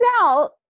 out